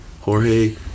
Jorge